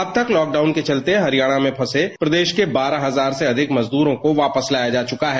अब तक लॉकडाउन के चलते हरियाणा में फंसे प्रदेश के बारह हजार से अधिक मजदूरों को वापस लाया जा चुका है